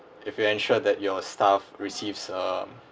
if you ensure that your staff receives um